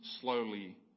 slowly